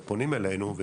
ופונים אלינו.